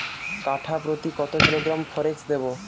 কাঠাপ্রতি কত কিলোগ্রাম ফরেক্স দেবো?